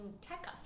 tech